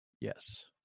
Yes